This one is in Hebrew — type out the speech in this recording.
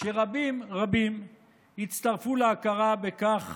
שרבים רבים הצטרפו להכרה בכך